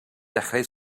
dechrau